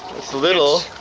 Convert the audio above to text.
little.